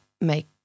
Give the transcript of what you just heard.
make